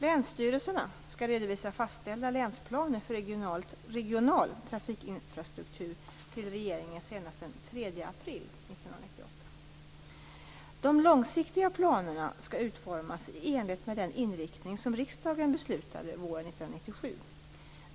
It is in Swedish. Länsstyrelserna skall redovisa fastställda länsplaner för regional trafikinfrastruktur till regeringen senast den 3 april 1998. De långsiktiga planerna skall utformas i enlighet med den inriktning som riksdagen beslutade om våren 1997.